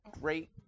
great